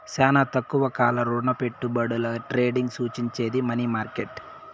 శానా తక్కువ కాల రుణపెట్టుబడుల ట్రేడింగ్ సూచించేది మనీ మార్కెట్